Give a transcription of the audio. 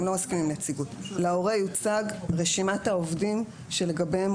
אתם לא מסכימים לנציגות רשימת העובדים שלגביהם